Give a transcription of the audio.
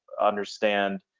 understand